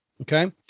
Okay